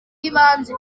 ibanze